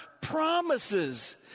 promises